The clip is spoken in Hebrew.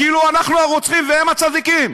כאילו אנחנו הרוצחים והם הצדיקים.